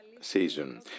season